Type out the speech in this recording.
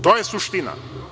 To je suština.